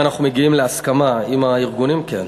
אם אנחנו מגיעים להסכמה עם הארגונים, כן.